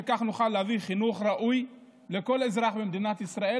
שכך נוכל להביא חינוך ראוי לכל אזרח במדינת ישראל,